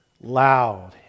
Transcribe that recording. Loud